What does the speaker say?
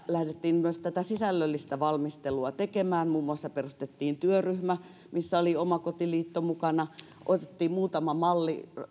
lähdettiin myös tätä sisällöllistä valmistelua tekemään muun muassa perustettiin työryhmä missä oli omakotiliitto mukana otettiin muutama malli